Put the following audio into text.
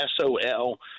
SOL